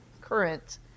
current